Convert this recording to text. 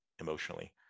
emotionally